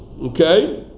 Okay